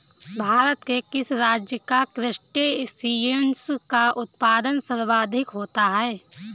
भारत के किस राज्य में क्रस्टेशियंस का उत्पादन सर्वाधिक होता है?